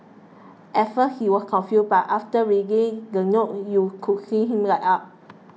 at first he was confused but after reading the note you could see him light up